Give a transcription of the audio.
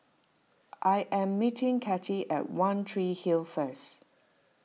I am meeting Kathey at one Tree Hill first